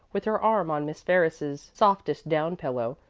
with her arm on miss ferris's softest down pillow,